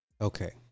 okay